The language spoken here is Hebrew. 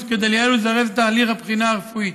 כדי לייעל ולזרז את תהליך הבחינה הרפואי,